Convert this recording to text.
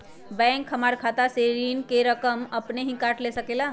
Bank हमार खाता से ऋण का रकम अपन हीं काट ले सकेला?